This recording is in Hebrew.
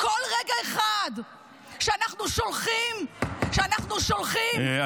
כל רגע אחד שאנחנו שולחים -- עכשיו, עכשיו.